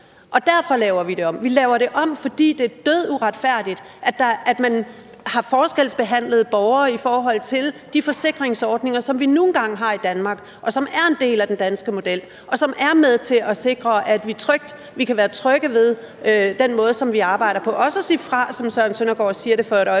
er derfor, vi laver det om. Vi laver det om, fordi det er døduretfærdigt, at man har forskelsbehandlet borgere i forhold til de forsikringsordninger, som vi nu engang har i Danmark, og som er en del af den danske model, og som er med til at sikre, at vi kan være trygge ved den måde, som vi arbejder på. Det gælder også det at sige fra, som hr. Søren Søndergaard sagde for et øjeblik